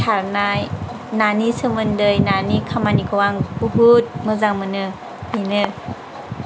सारनाय नानि सोमोन्दै नानि खामानिखौ आं बहुद मोजां मोनो बेनो